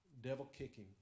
devil-kicking